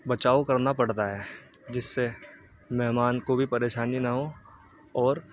بچاؤ کرنا پڑتا ہے جس سے مہمان کو بھی پریشانی نہ ہو اور